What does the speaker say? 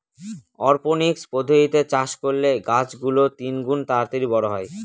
অরপনিক্স পদ্ধতিতে চাষ করলে গাছ গুলো তিনগুন তাড়াতাড়ি বড়ো হয়